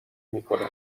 میکنه